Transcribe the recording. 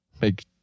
make